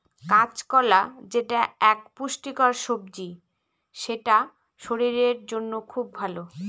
কাঁচকলা যেটা এক পুষ্টিকর সবজি সেটা শরীরের জন্য খুব ভালো